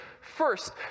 first